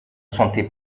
santé